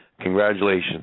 Congratulations